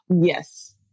Yes